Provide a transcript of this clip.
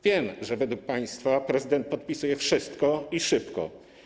Wiem, że według państwa prezydent podpisuje wszystko i szybko.